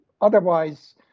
otherwise